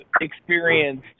experienced